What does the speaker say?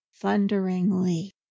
thunderingly